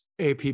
AP